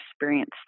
experience